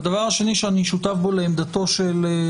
הדבר השני שבו אני שותף לעמדת השר